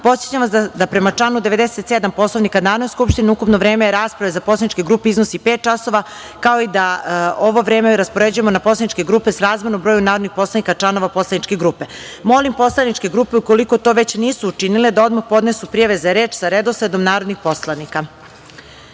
podsećam vas da prema članu 97. Poslovnika Narodne skupštine, ukupno vreme rasprave za poslaničke grupe iznosi pet časova, kao i da ovo vreme raspoređujemo na poslaničke grupe srazmerno broju narodnih poslanika članova poslaničke grupe. Molim poslaničke grupe ukoliko to već nisu učinile da odmah podnesu prijave za reč sa redosledom narodnih poslanika. Saglasno